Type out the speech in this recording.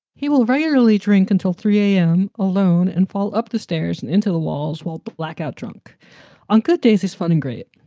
he will regularly drink until three a m. alone and fall up the stairs and into the walls while blackout drunk on good days is fun and great.